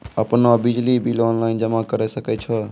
आपनौ बिजली bill online जमा करै सकै छौ?